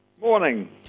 Morning